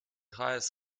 highest